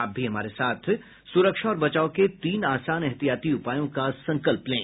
आप भी हमारे साथ सुरक्षा और बचाव के तीन आसान एहतियाती उपायों का संकल्प लें